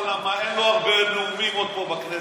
למה אין לו עוד הרבה נאומים עוד פה בכנסת.